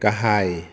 गाहाय